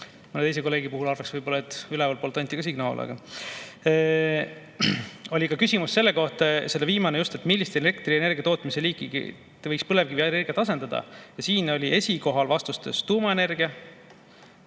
Mõne teise kolleegi puhul arvaks võib-olla, et ülevalt poolt anti ka signaal. Oli ka küsimus selle kohta, see viimane just, et millise elektrienergia tootmise liigiga võiks põlevkivienergiat asendada, ja siin oli esikohal vastustes tuumaenergia